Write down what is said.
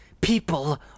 People